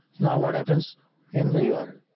now what happens in the url?